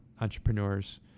entrepreneurs